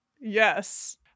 Yes